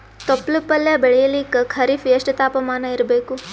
ತೊಪ್ಲ ಪಲ್ಯ ಬೆಳೆಯಲಿಕ ಖರೀಫ್ ಎಷ್ಟ ತಾಪಮಾನ ಇರಬೇಕು?